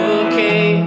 okay